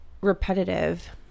repetitive